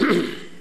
רצוני לשאול: